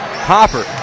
Hopper